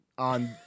On